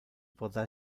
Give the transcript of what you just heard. pote